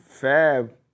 Fab